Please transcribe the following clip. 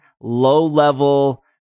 low-level